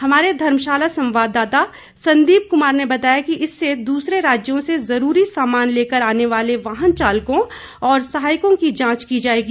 हमारे धर्मशाला संवाददाता संदीप कुमार ने बताया कि इससे दूसरे राज्यों से जरूरी सामान लेकर आने वाले वाहन चालकों और सहायकों की जांच की जाएगी